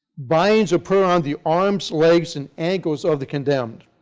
bindings are put on the arms, legs and ankles of the condemned.